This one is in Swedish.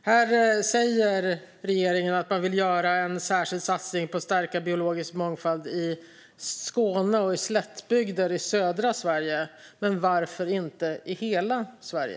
Här säger regeringen att man vill göra en särskild satsning på att stärka biologisk mångfald i Skåne och i slättbygder i södra Sverige. Men varför vill man inte göra det i hela Sverige?